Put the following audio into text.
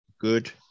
good